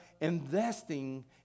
investing